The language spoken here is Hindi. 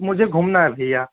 मुझे घूमना है भैया